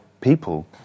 people